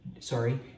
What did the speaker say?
Sorry